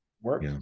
work